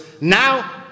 now